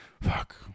fuck